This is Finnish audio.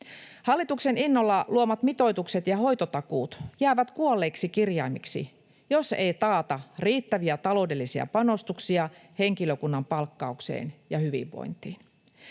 Hallituksen innolla luomat mitoitukset ja hoitotakuut jäävät kuolleiksi kirjaimiksi, jos ei taata riittäviä taloudellisia panostuksia henkilökunnan palkkaukseen ja hyvinvointiin.